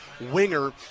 winger